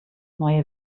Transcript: neue